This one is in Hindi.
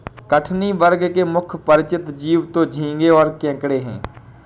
कठिनी वर्ग के मुख्य परिचित जीव तो झींगें और केकड़े हैं